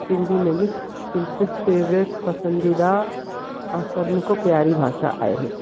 सिंधी मुंहिंजी बिल्कुलु फेवरेट पसंदीदा ऐं सभिनी खां प्यारी भाषा आहे